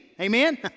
Amen